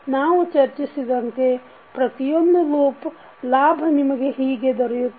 ನಾವು ಚರ್ಚಿಸಿದಂತೆ ಪ್ರತಿಯೊಂದು ಲೂಪ್ ಲಾಭ ನಿಮಗೆ ಹೀಗೆ ದೊರೆಯುತ್ತದೆ